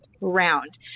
round